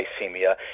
hypoglycemia